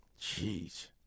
Jeez